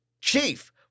chief